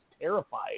terrified